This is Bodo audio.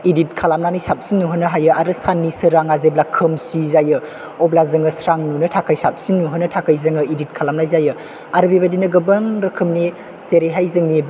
खालामनानै साबसिन नुहोनो हायो आरो साननि सोराङा जेब्ला खोमसि जायो अब्ला जोङो स्रां नुहोनो थाखै साबसिन नुहोनो थाखाय जोङो इदित खालामनाय जायो आरो बेबायदिनो गोबां रोखोमनि जेरैहाय जोंनि